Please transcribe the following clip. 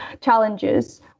challenges